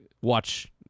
watch